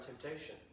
temptation